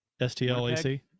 STLAC